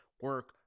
Work